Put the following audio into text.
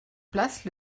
place